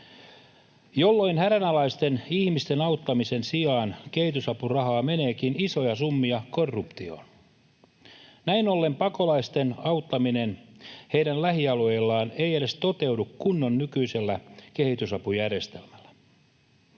jolloin hädänalaisten ihmisten auttamisen sijaan kehitysapurahaa meneekin isoja summia korruptioon. Näin ollen pakolaisten auttaminen heidän lähialueillaan ei edes toteudu kunnolla nykyisellä kehitysapujärjestelmällä.